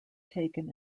taken